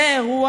זה אירוע